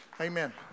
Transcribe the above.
Amen